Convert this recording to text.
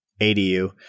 ADU